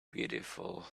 beautiful